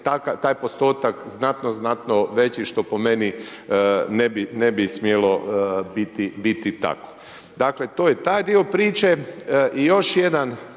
taj postotak znatno, znatno veći što po meni ne bi smjelo biti tako. Dakle, to je taj dio priče. I još jedan